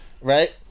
right